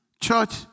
Church